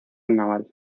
naval